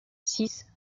six